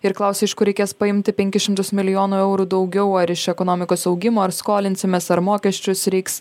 ir klausia iš kur reikės paimti penkis šimtus milijonų eurų daugiau ar iš ekonomikos augimo ar skolinsimės ar mokesčius reiks